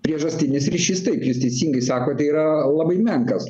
priežastinis ryšys taip jūs teisingai sakote yra labai menkas